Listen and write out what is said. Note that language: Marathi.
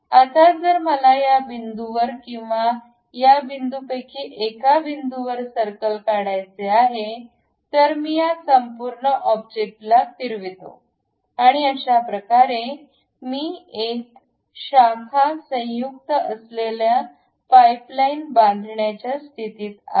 आता जर मला या बिंदूवर किंवा या बिंदूपैकी एका बिंदूवर सर्कल काढायचे आहे तर मी या संपूर्ण ऑब्जेक्टला फिरवितो आणि अशा प्रकारे मी एक शाखा संयुक्त असलेल्या पाइपलाइन बांधण्याच्या स्थितीत आहे